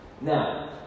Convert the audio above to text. Now